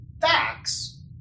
facts